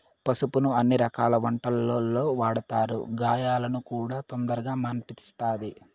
పసుపును అన్ని రకాల వంటలల్లో వాడతారు, గాయాలను కూడా తొందరగా మాన్పిస్తది